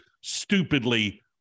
stupidly